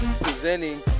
presenting